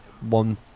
one